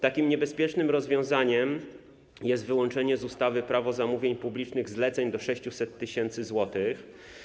Takim niebezpiecznym rozwiązaniem jest wyłącznie z ustawy - Prawo zamówień publicznych zleceń do 600 tys. zł.